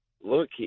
look